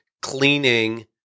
cleaning